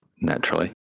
Naturally